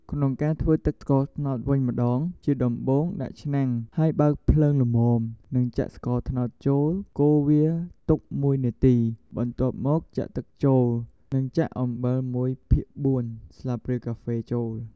ក្នុងការធ្វើទឹកស្ករត្នោតវិញម្តងជាដំបូងដាក់ឆ្នាំងហើយបើកភ្លើងល្មមនិងចាក់ស្ករត្នោតចូលកូរវាទុកមួយនាទីបន្ទាប់មកចាក់ទឹកចូលនិងចាក់អំបិលមួយភាគបួនស្លាបព្រាកាហ្វចូល ។